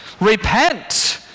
Repent